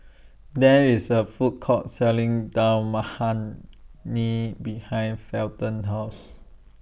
There IS A Food Court Selling Dal Makhani behind Felton's House